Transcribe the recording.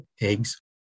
eggs